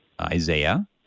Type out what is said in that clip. Isaiah